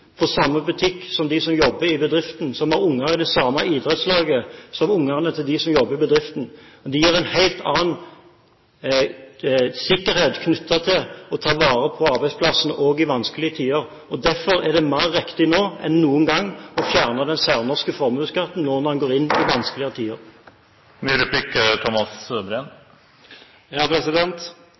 samme butikk som de som jobber i bedriften, og har unger i samme idrettslaget som de som jobber i bedriften. Det gir en helt annen sikkerhet knyttet til å ta vare på arbeidsplassen også i vanskelige tider. Derfor er det mer riktig nå enn noen gang å fjerne den særnorske formuesskatten, nå når man går mot vanskelige tider. Det er registrert at LO-leder Flåthen sier i